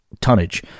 tonnage